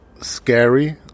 scary